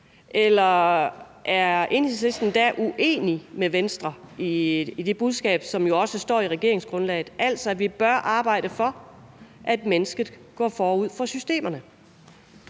Eller er Enhedslisten uenig med Venstre i det budskab, som jo også står i regeringsgrundlaget, altså at vi bør arbejde for, at mennesket går forud for systemerne?